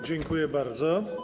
Dziękuję bardzo.